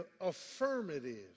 Affirmative